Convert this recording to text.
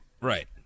Right